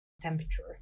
temperature